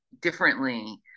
differently